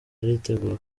aritegura